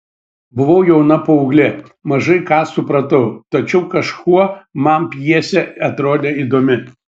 buvau jauna paauglė mažai ką supratau tačiau kažkuo man pjesė atrodė įdomi